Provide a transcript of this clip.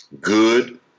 good